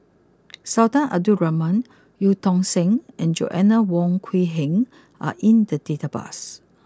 Sultan Abdul Rahman Eu Tong Sen and Joanna Wong Quee Heng are in the database